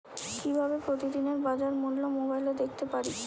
কিভাবে প্রতিদিনের বাজার মূল্য মোবাইলে দেখতে পারি?